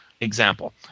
example